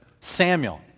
Samuel